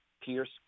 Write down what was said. Pierce